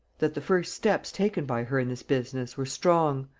that the first steps taken by her in this business were strong,